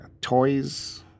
toys